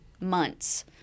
months